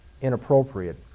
inappropriate